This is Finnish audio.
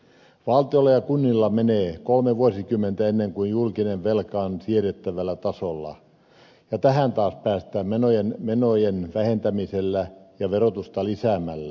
valtiolla ja kunnilla menee kolme vuosikymmentä ennen kuin julkinen velka on siedettävällä tasolla ja tähän taas päästään menojen vähentämisellä ja verotusta lisäämällä